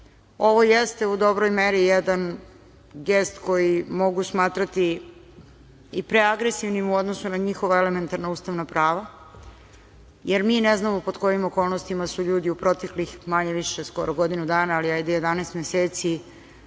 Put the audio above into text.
ovo jeste u dobroj meri gest koji mogu smatrati i preagresivnim u odnosu prema njihovim elementarnim ustavnim pravima, jer mi ne znamo pod kojim okolnostima su ljudi u proteklih manje više skoro godinu dana, ali ajde 11 meseci